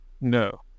No